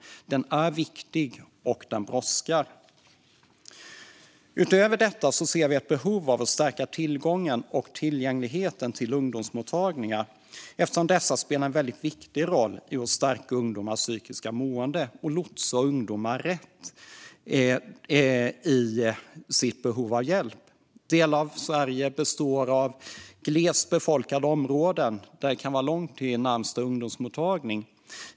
Den är viktig, och den brådskar. Utöver detta ser vi ett behov av att stärka tillgången och tillgängligheten till ungdomsmottagningar eftersom dessa spelar en väldigt viktig roll i att stärka ungdomars psykiska mående och att lotsa ungdomar rätt när de har behov av hjälp. Delar av Sverige består av glest befolkade områden där det kan vara långt till närmaste ungdomsmottagning.